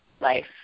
life